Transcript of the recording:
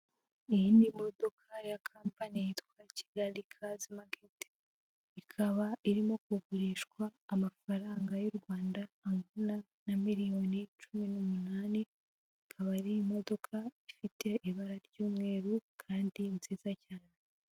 Iyi ni imodoka ya kampani yitwa Kigali kazi maketi, ikaba irimo kugurishwa amafaranga y'u Rwanda angana na miliyoni cumi n'umunani, ikaba ari imodoka ifite ibara ry'umweru kandi nziza cyane.